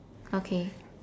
okay